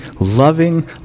loving